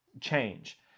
change